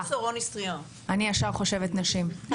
אני ישר חושבת נשים.